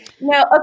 No